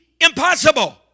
impossible